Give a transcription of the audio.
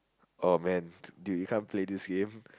oh man dude you can't play this game